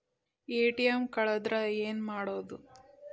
ATM ಕಳದ್ರ ಏನು ಮಾಡೋದು?